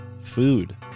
food